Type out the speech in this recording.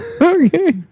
okay